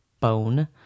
bone